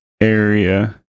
area